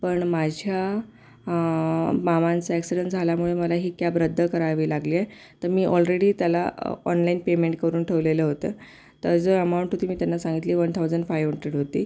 पण माझ्या मामांचा ॲक्सिडेंट झाल्यामुळे मला ही कॅब रद्द करावी लागलेली आहे तर मी ऑलरेडी त्याला ऑनलाईन पेमेंट करून ठेवलेलं होतं तर जो अमाऊंट होती मी त्यांना सांगितली वन थाउजंड फाईव्ह हंड्रेड होती